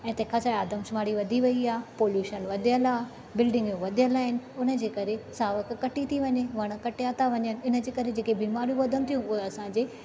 आदमशुमारी वधी वेई आहे पॉल्यूशन वधियलु आहे बिल्डिंग वधियलु आहिनि हुन जे करे सावक कटी थी वञे वण कटिया था वञनि हिन जे करे जेके बीमारियूं वधनि थियूं उहे असांजे